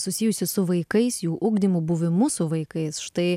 susijusi su vaikais jų ugdymu buvimu su vaikais štai